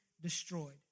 destroyed